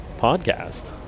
podcast